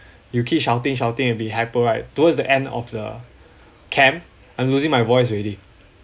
you keep shouting shouting and be hyper right towards the end of the camp I'm losing my voice already